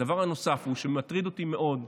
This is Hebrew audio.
הדבר הנוסף שמטריד אותי מאוד כאזרח,